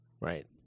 Right